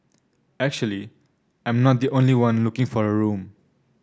actually I'm not the only one looking for a room